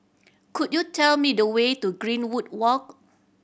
could you tell me the way to Greenwood Walk